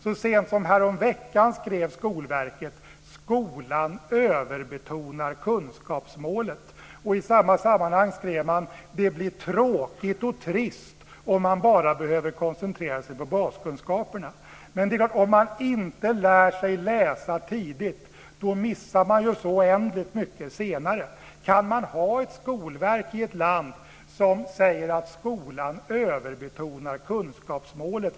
Så sent som häromveckan skrev Skolverket att skolan överbetonar kunskapsmålet. I samma sammanhang skrev man att det blir tråkigt och trist att koncentrera sig bara på baskunskaperna. Men det är när man inte lär sig att läsa tidigt som man missar så oändligt mycket senare. Går det att ha ett skolverk i ett land som säger att skolan överbetonar kunskapsmålet?